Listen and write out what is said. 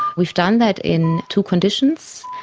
we've done that in two conditions.